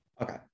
Okay